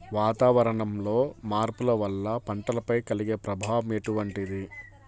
వాతావరణంలో మార్పుల వల్ల పంటలపై కలిగే ప్రభావం ఎటువంటిది?